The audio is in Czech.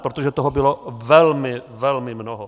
Protože toho bylo velmi, velmi mnoho.